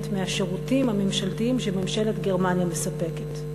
מהשירותים הממשלתיים שממשלת גרמניה מספקת.